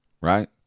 right